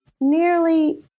nearly